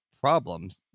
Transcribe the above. problems